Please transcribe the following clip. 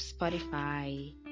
Spotify